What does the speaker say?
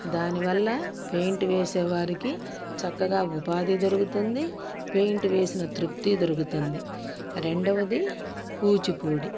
దాని వల్ల పెయింట్ వేసే వారికి చక్కగా ఉపాధి దొరుకుతుంది పెయింట్ వేసిన తృప్తి దొరుకుతుంది రెండవది కూచిపూడి